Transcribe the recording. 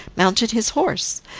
mounted his horse.